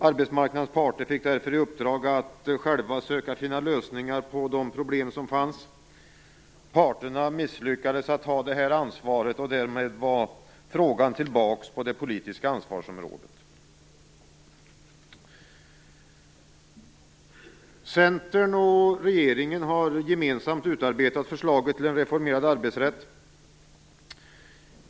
Arbetsmarknadens parter fick därför i uppdrag att själva söka finna lösningar på de problem som fanns. Parterna misslyckades att ta detta ansvar och därmed var frågan tillbaks på det politiska ansvarsområdet. Centern och regeringen har gemensamt utarbetat förslaget till en reformerad arbetsrätt.